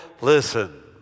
listen